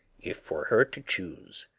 if for her to choose.